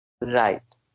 Right